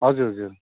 हजुर हजुर